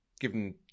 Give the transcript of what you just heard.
Given